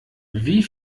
wie